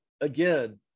again